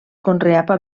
conreava